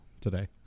today